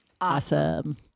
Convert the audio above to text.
Awesome